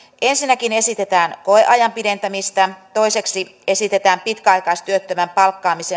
ensinnäkin esitetään koeajan pidentämistä toiseksi esitetään pitkäaikaistyöttömän palkkaamisen